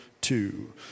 Two